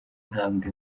ntambwe